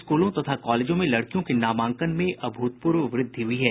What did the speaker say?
स्कूलों तथा कॉलेजों में लड़कियों के नामांकन में अभूतपूर्व वृद्धि हुई है